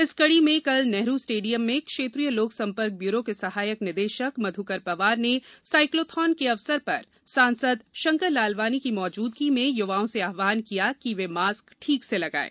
इस कड़ी में कल नेहरू स्टेडियम में क्षेत्रीय लोक संपर्क ब्यूरो के सहायक निदेशक मधुकर पवार ने सायक्लोथान के अवसर पर सांसद शंकर लालवानी की मौजूदगी में युवाओं से आहवान किया कि वे मास्क ठीक से लगायें